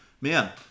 man